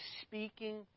speaking